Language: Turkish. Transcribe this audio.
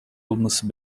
olması